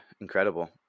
incredible